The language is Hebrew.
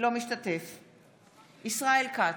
אינו משתתף בהצבעה ישראל כץ,